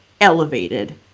elevated